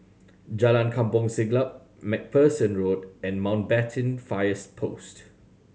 Jalan Kampong Siglap Macpherson Road and Mountbatten Fire Post